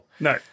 No